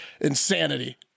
Insanity